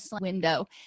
window